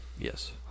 Yes